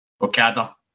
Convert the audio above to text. Okada